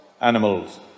animals